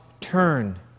turn